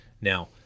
Now